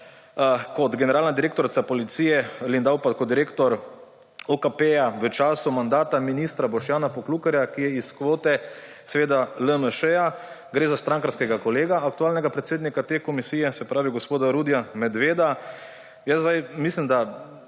kot generalna direktorica policije, Lindav pa kot direktor UKP v času mandata ministra Boštjana Poklukarja, ki je iz kvote LMŠ. Gre za strankarskega kolega aktualnega predsednika te komisije, se pravi gospoda Rudija Medveda. Jaz zdaj mislim, da